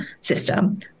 system